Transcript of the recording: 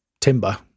timber